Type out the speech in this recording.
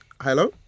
Hello